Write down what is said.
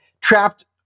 trapped